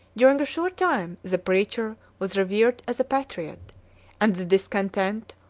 during a short time, the preacher was revered as a patriot and the discontent,